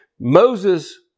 Moses